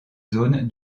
zone